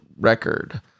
record